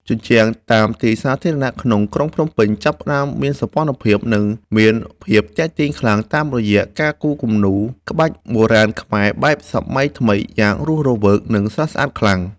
ជញ្ជាំងតាមទីសាធារណៈក្នុងក្រុងភ្នំពេញចាប់ផ្ដើមមានសោភ័ណភាព និងមានភាពទាក់ទាញខ្លាំងតាមរយៈការគូរគំនូរក្បាច់បុរាណខ្មែរបែបសម័យថ្មីយ៉ាងរស់រវើក និងស្រស់ស្អាតខ្លាំង។